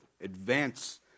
advance